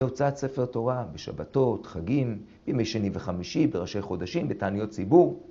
בהוצאת ספר תורה בשבתות, חגים, בימי שנים וחמישי, בראשי חודשים, בתעניות ציבור.